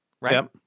right